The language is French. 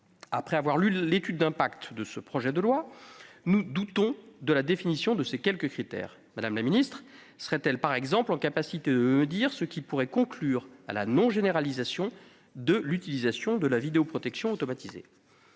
Après avoir lu l'étude d'impact de ce projet de loi, nous doutons de la définition de ces quelques critères. Mme la ministre serait-elle, par exemple, en capacité de me dire ce qui pourrait conclure à la non-généralisation de l'utilisation de la vidéoprotection automatisée ?